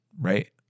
right